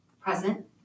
present